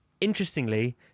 Interestingly